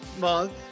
Month